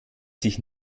sich